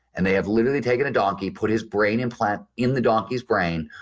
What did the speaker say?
and they have literally taken a donkey, put his brain implant in the donkey's brain,